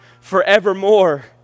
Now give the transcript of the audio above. forevermore